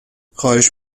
خواهش